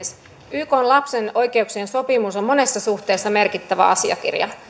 ykn lapsen oikeuksien sopimus on monessa suhteessa merkittävä asiakirja